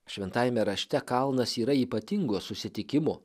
šventajame rašte kalnas yra ypatingo susitikimo